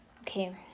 Okay